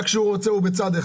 רק כשהוא רוצה הוא פועל.